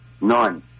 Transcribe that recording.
none